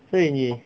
所以你